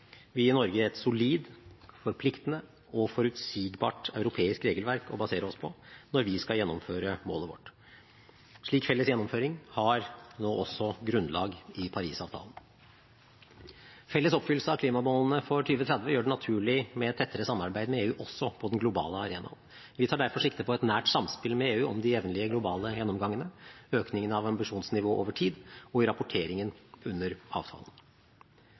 Norge et solid, forpliktende og forutsigbart europeisk regelverk å basere oss på når vi skal gjennomføre målet vårt. Slik felles gjennomføring har nå også grunnlag i Paris-avtalen. Felles oppfyllelse av klimamålene for 2030 gjør det naturlig med et tettere samarbeid med EU også på den globale arenaen. Vi tar derfor sikte på et nært samspill med EU om de jevnlige globale gjennomgangene, økningene av ambisjonsnivået over tid og i rapporteringen under avtalen.